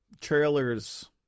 trailers